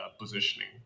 positioning